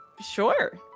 Sure